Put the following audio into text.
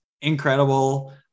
incredible